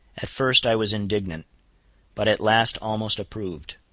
at first i was indignant but at last almost approved.